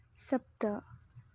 सप्त